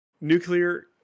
Nuclear